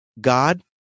God